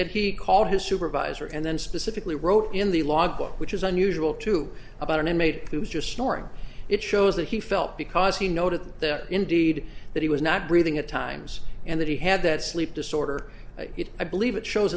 that he called his supervisor and then specifically wrote in the logbook which is unusual to about an inmate who was just snoring it shows that he felt because he noted indeed that he was not breathing at times and that he had that sleep disorder i believe it shows